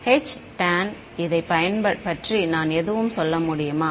Htan இதைப் பற்றி நான் எதுவும் சொல்ல முடியுமா